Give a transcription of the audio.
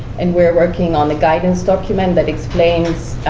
and we're working on a guidance document that explains,